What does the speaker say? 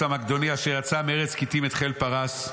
המקדוני אשר יצא מארץ כיתים את חיל פרס.